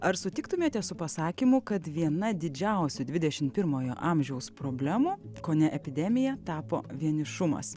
ar sutiktumėte su pasakymu kad viena didžiausių dvidešimt pirmojo amžiaus problemų kone epidemija tapo vienišumas